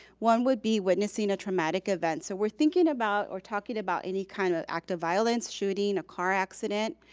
one would be witnessing a traumatic event. so we're thinking about or talking about any kind of act of violence, shooting, a car accident.